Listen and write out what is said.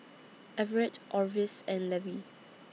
Everet Orvis and Levy